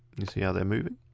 you see how they're moving.